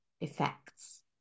effects